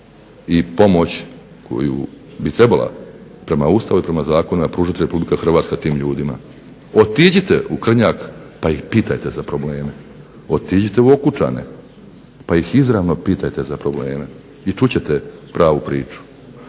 i pomoć koju bi i prema Ustavu i prema zakonima pružiti Republika Hrvatska prema tim ljudima. Otiđite u Krnjak pa ih pitajte za probleme, otiđite u Okučane pa ih izravno pitajte za probleme i čuti ćete pravu priču.